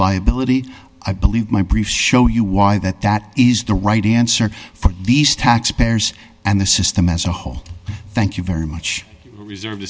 liability i believe my briefs show you why that that is the right answer for these tax payers and the system as a whole thank you very much reserve